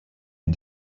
une